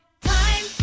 time